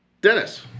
Dennis